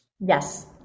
Yes